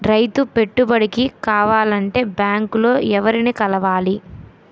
రైతు పెట్టుబడికి కావాలంటే బ్యాంక్ లో ఎవరిని కలవాలి?